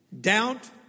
doubt